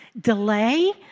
delay